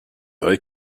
vrai